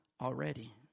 already